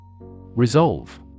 Resolve